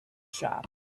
shop